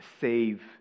save